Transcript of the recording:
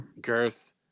girth